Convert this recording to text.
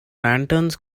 lanterns